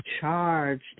charged